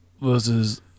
versus